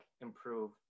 improve